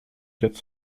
quatre